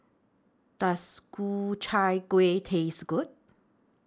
Does Ku Chai Kueh Taste Good